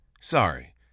Sorry